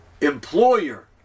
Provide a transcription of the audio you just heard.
employer